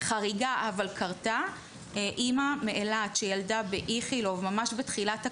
חריגה אבל שקרתה: אימא מאילת שילדה באיכילוב ממש בתחילת הקורונה,